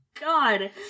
God